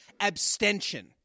abstention